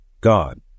God